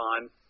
time